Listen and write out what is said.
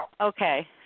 Okay